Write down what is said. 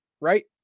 right